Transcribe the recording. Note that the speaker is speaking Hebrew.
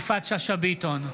יפעת שאשא ביטון,